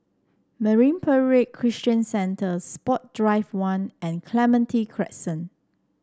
Marine Parade Christian Centre Sport Drive One and Clementi Crescent